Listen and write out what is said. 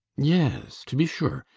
yes, to be sure.